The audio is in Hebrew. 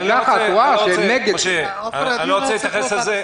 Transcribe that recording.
אני לא רוצה להתייחס לזה.